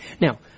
Now